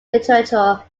literature